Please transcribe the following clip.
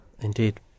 Indeed